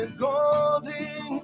golden